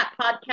podcast